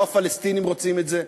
לא הפלסטינים רוצים את זה,